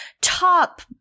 top